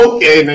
Okay